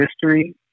history